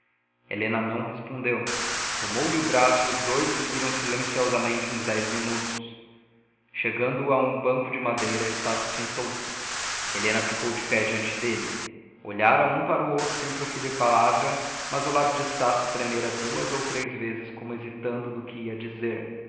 helena não respondeu tomou-lhe o braço e os dois seguiram silenciosamente uns dez minutos chegando a um banco de madeira estácio sentou-se helena ficou de pé diante dele olharam um para o outro sem proferir palavra mas o lábio de estácio tremera duas ou três vezes como hesitando no que ia dizer